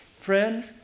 friends